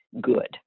good